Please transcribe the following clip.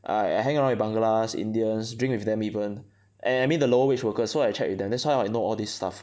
I I hang around with banglas Indians drink with them even and I meet the lower wage workers so I check with them that's how I know all this stuff